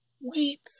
wait